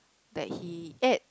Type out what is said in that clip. that he ate